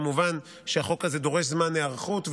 כמובן שהחוק הזה דורש זמן היערכות,